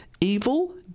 Evil